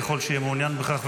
ככל שיהיה מעוניין בכך,